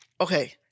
okay